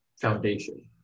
foundation